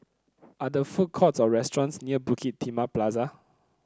are there food courts or restaurants near Bukit Timah Plaza